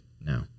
No